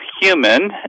human